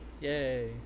Yay